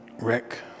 Rick